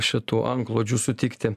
šitų antklodžių sutikti